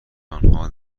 آنها